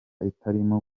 itarimo